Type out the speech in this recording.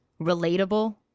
relatable